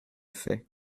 faits